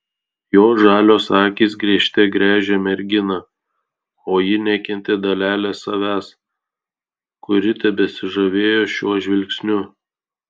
jo žalios akys gręžte gręžė merginą o ji nekentė dalelės savęs kuri tebesižavėjo šiuo žvilgsniu